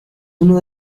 uno